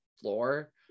floor